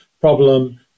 problem